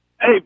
Hey